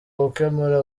gukemura